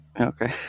Okay